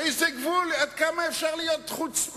אין איזה גבול עד כמה אפשר להיות חוצפן?